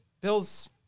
Bill's